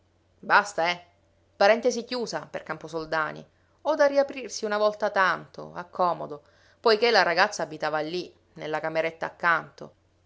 basta eh parentesi chiusa per camposoldani o da riaprirsi una volta tanto a comodo poiché la ragazza abitava lì nella cameretta accanto